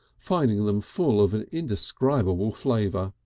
finding them full of an indescribable flavour.